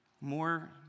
more